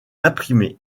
imprimé